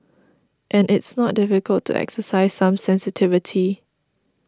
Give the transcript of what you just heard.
and it's not difficult to exercise some sensitivity